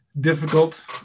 difficult